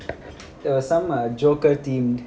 there was some a joker themed